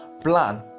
plan